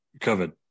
covered